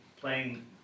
playing